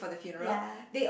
ya